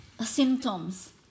symptoms